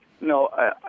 No